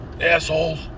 assholes